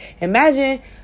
imagine